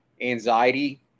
anxiety